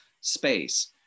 space